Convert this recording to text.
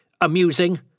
Amusing